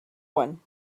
one